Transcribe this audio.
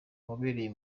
wabereye